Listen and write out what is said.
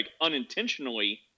unintentionally